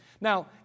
Now